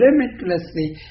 limitlessly